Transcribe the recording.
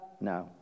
No